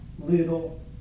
little